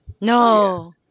No